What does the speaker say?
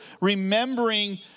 remembering